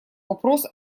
вопрос